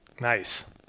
Nice